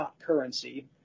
currency